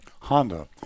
Honda